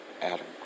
Adam